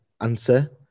answer